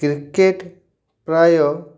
cricket ପ୍ରାୟ